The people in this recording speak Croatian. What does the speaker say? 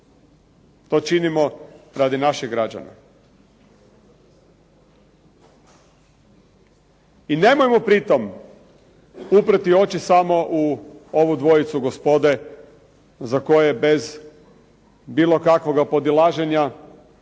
To činimo radi naših građana. I nemojmo pri tom uprti oči samo u ovu dvojicu gospode za koje bez bilo kakvoga podilaženja